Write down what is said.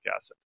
acid